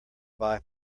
buy